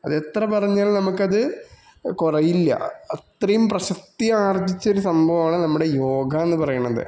അതെത്ര പറഞ്ഞാലും നമുക്കത് കുറെയില്ല അത്രയും പ്രശസ്തി ആർജ്ജിച്ചൊരു സംഭവമാണ് നമ്മുടെ യോഗാന്ന് പറയണത്